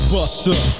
Buster